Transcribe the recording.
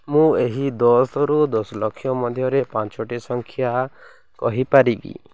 ମୁଁ ଏହି ଦଶରୁ ଦଶ ଲକ୍ଷ ମଧ୍ୟରେ ପାଞ୍ଚଟି ସଂଖ୍ୟା କହିପାରିବି